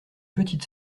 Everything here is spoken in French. petite